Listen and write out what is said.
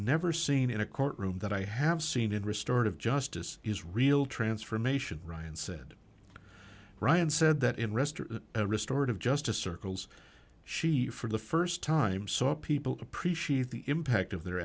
never seen in a courtroom that i have seen in restored of justice is real transformation ryan said ryan said that in a restaurant restored of justice circles she for the first time saw people appreciate the impact of their